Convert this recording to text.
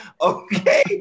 okay